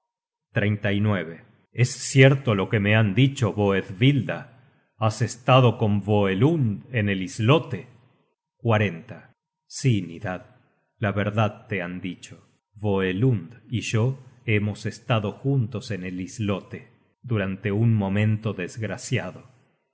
con su padre es cierto lo que me han dicho boethvilda has estado con voelund en el islote sí nidad la verdad te han dicho voelund y yo hemos estado juntos en el islote durante un momento desgraciado